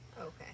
Okay